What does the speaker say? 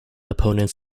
opponents